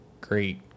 great